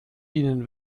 ihnen